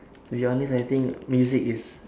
to be honest I think music is